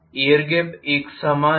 air gap एक समान है